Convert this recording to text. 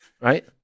right